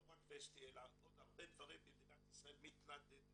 לא רק וסטי אלא עוד הרבה דברים במדינת ישראל מתנדנדים.